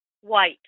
White